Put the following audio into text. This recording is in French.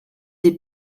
des